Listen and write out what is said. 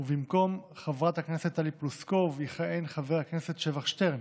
ובמקום חברת הכנסת טלי פלוסקוב יכהן חבר הכנסת שבח שטרן,